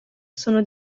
sono